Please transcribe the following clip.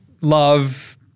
Love